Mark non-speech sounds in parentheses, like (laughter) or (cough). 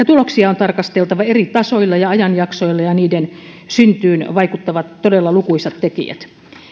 (unintelligible) tuloksia on tarkasteltava eri tasoilla ja ajanjaksoilla ja niiden syntyyn vaikuttavat todella lukuisat tekijät